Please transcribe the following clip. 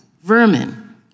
vermin